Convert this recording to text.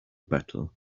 battle